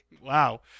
Wow